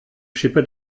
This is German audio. schippe